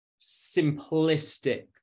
simplistic